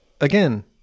Again